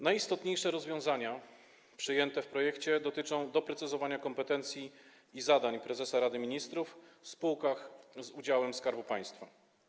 Najistotniejsze rozwiązania przyjęte w projekcie dotyczą doprecyzowania kompetencji i zadań prezesa Rady Ministrów w spółkach z udziałem Skarbu Państwa.